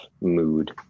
mood